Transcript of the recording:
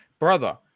Brother